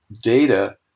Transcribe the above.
data